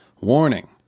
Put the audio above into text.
Warning